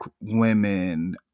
women